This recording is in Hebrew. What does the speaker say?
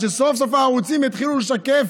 עד שסוף-סוף הערוצים התחילו לשקף